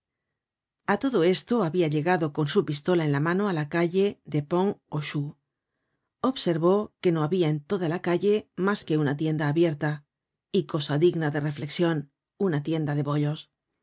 a todo esto habia llegado con su pistola en la mano á la calle de ponl aux choux observ ó que no habia en toda la calle mas que una tienda abierta y cosa digna de reflexion una tienda de bollos